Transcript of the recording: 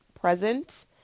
present